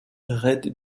red